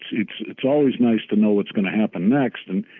it's it's always nice to know what's gonna happen next and